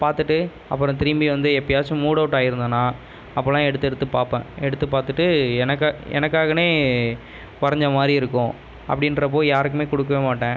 பார்த்துட்டு அப்புறம் திரும்பி வந்து எப்போயாச்சும் மூட்அவுட் ஆயிருந்தேனா அப்போலாம் எடுத்து எடுத்து பார்ப்பேன் எடுத்து பார்த்துட்டு எனக்கா எனக்காகனே வரஞ்சமாதிரி இருக்கும் அப்படின்றப்போ யாருக்குமே கொடுக்கவே மாட்டேன்